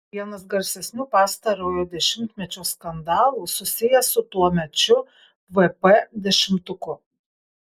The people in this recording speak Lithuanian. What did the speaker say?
vienas garsesnių pastarojo dešimtmečio skandalų susijęs su tuomečiu vp dešimtuku